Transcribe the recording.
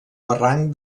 barranc